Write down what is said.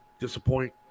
disappoint